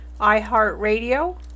iHeartRadio